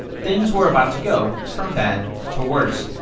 things were about to go from bad to worse.